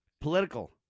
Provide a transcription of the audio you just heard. political